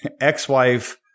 ex-wife